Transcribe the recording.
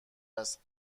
است